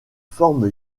forme